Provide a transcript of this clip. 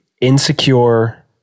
insecure